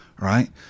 Right